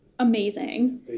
amazing